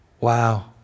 Wow